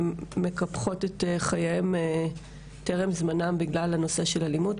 מקפחות את חייהן בטרם זמנן בגלל הנושא של אלימות.